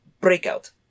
breakout